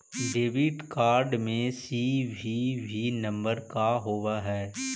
Debit card में CVV number का होव हइ?